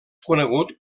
conegut